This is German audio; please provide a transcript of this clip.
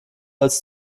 als